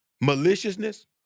maliciousness